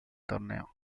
torneo